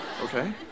Okay